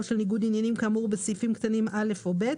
של ניגוד עניינים כאמור בסעיפים קטנים (א) או (ב),